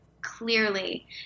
clearly